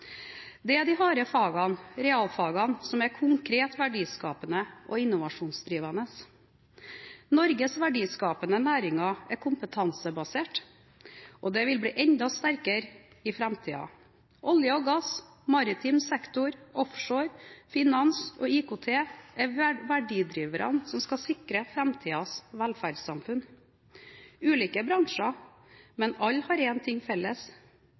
Det er de harde fagene, realfagene, som er konkret verdiskapende og innovasjonsdrivende. Norges verdiskapende næringer er kompetansebaserte, og dette vil bli enda sterkere i framtiden. Olje og gass, maritim sektor, offshore, finans og IKT er verdidriverne som skal sikre framtidens velferdssamfunn. Dette er ulike bransjer, men alle har én ting felles: